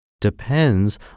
depends